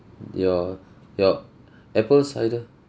your your apple cider